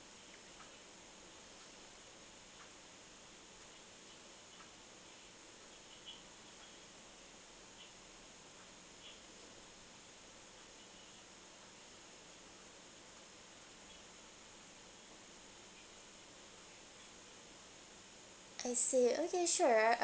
I see okay sure